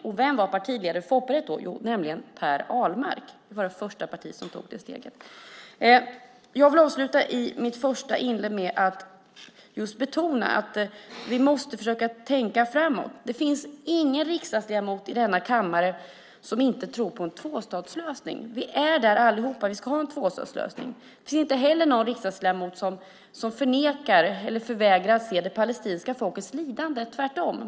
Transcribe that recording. Och vem var partiledare för Folkpartiet då? Jo, det var Per Ahlmark. Jag vill avsluta mitt första inlägg med att betona att vi måste försöka tänka framåt. Det finns ingen riksdagsledamot i denna kammare som inte tror på en tvåstatslösning. Den tror vi allesammans på. Vi ska ha en tvåstatslösning. Det finns inte någon riksdagsledamot som förnekar eller vägrar att se det palestinska folkets lidande, tvärtom.